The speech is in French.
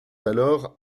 alors